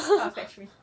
come and fetch me